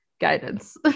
guidance